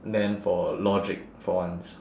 then for logic for once